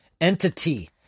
entity